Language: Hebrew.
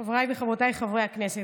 איפה ההשתלחות?